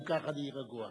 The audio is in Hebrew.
אם כך, אני רגוע.